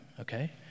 Okay